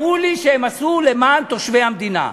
אחד, אחד, שיראו לי שהם עשו למען תושבי המדינה.